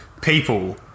people